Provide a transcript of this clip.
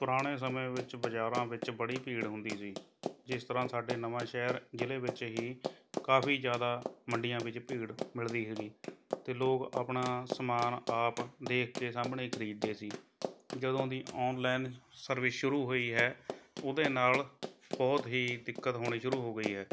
ਪੁਰਾਣੇ ਸਮੇਂ ਵਿੱਚ ਬਾਜ਼ਾਰਾਂ ਵਿੱਚ ਬੜੀ ਭੀੜ ਹੁੰਦੀ ਸੀ ਜਿਸ ਤਰ੍ਹਾਂ ਸਾਡੇ ਨਵਾਸ਼ਹਿਰ ਜ਼ਿਲ੍ਹੇ ਵਿੱਚ ਹੀ ਕਾਫ਼ੀ ਜ਼ਿਆਦਾ ਮੰਡੀਆਂ ਵਿੱਚ ਭੀੜ ਮਿਲਦੀ ਹੈਗੀ ਅਤੇ ਲੋਕ ਆਪਣਾ ਸਮਾਨ ਆਪ ਦੇਖ ਕੇ ਸਾਹਮਣੇ ਖ਼ਰੀਦਦੇ ਸੀ ਜਦੋਂ ਦੀ ਔਨਲਾਈਨ ਸਰਵਿਸ ਸ਼ੁਰੂ ਹੋਈ ਹੈ ਉਹਦੇ ਨਾਲ਼ ਬਹੁਤ ਹੀ ਦਿੱਕਤ ਹੋਣੀ ਸ਼ੁਰੂ ਹੋ ਗਈ ਹੈ